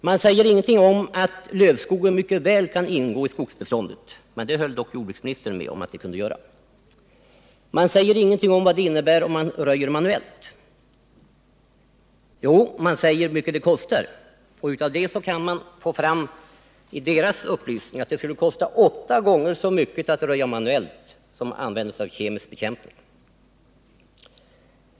Man säger ingenting om att lövskogen mycket väl kan ingå i skogsbeståndet — det höll dock jordbruksministern med om att den kunde göra. Man säger ingenting om vad det innebär att röja manuellt. Jo, man säger hur mycket det kostar, och av det kan vi dra slutsatsen att det skulle kosta åtta gånger så mycket att röja manuellt som att använda sig av kemisk bekämpning.